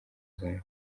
zombi